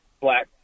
black